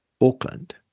Auckland